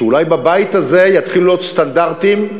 שאולי בבית הזה יתחילו להיות סטנדרטים,